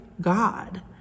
God